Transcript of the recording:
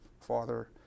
father